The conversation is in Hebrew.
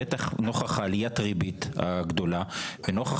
בטח נוכח עליית הריבית הגדולה ונוכח